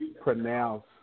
pronounce